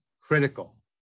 critical